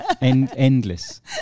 Endless